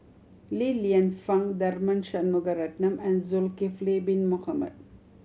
Li Lienfung Tharman Shanmugaratnam and Zulkifli Bin Mohamed